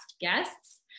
guests